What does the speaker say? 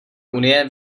unie